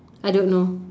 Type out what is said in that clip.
I don't know